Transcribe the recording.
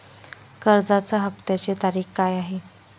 कर्जाचा हफ्त्याची तारीख काय आहे?